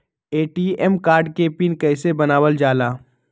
ATM card के pin कैसे बनावल जाला?